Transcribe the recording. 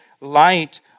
light